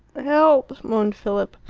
help moaned philip.